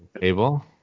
table